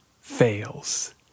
fails